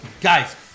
Guys